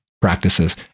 practices